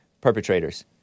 perpetrators